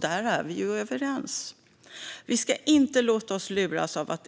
Där är vi överens. Vi ska inte låta oss luras av